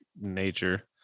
nature